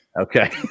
Okay